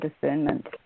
discernment